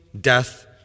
death